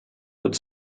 put